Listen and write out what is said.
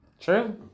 True